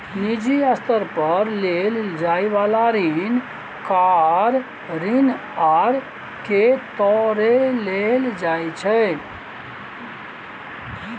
निजी स्तर पर लेल जाइ बला ऋण कार ऋण आर के तौरे लेल जाइ छै